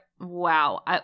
wow